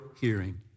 hearing